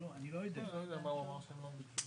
אין בעיה לזה שהבית נמצא במקומו ואתה לא מחבר מבנים לחשמל.